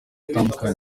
atandukanye